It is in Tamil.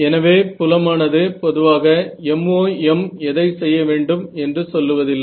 எனவே புலமானது பொதுவாக MoM எதை செய்யவேண்டும் என்று சொல்லுவதில்லை